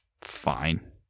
fine